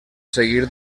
seguir